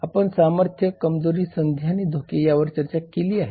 आपण सामर्थ्य कमजोरी संधी आणि धोके यावर चर्चा केली आहे